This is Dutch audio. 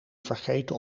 vergeten